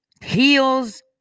heels